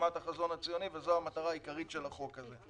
הגשמת החזון הציוני וזאת המטרה העיקרית של החוק הזה.